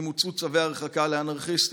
1. האם הוצאו צווי הרחקה לאנרכיסטים?